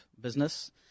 business